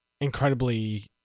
incredibly